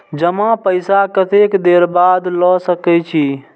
जमा पैसा कतेक देर बाद ला सके छी?